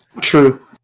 true